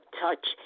touch